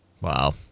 Wow